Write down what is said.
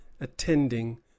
attending